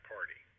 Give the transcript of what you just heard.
Party